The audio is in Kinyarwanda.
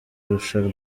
arusha